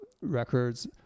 Records